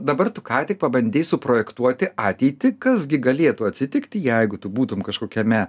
dabar tu ką tik pabandei suprojektuoti ateitį kas gi galėtų atsitikti jeigu tu būtum kažkokiame